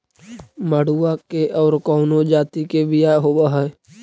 मडूया के और कौनो जाति के बियाह होव हैं?